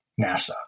NASA